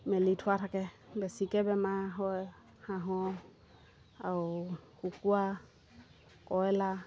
মেলি থোৱা থাকে বেছিকৈ বেমাৰ হয় হাঁহৰ আৰু কুকুৰা কয়লাৰ